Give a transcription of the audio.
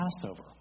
Passover